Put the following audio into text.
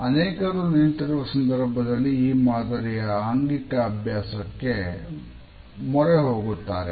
ಅನೇಕರು ನಿಂತಿರುವ ಸಂದರ್ಭದಲ್ಲಿ ಈ ಮಾದರಿಯ ಆಂಗಿಕ ಅಭ್ಯಾಸಕ್ಕೆ ಮೊರೆಹೋಗುತ್ತಾರೆ